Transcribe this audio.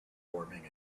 forming